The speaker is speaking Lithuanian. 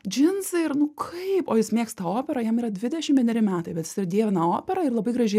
džinsai ir nu kaip o jis mėgsta operą jam yra dvidešim vieneri metai bet jisai dievina operą ir labai gražiai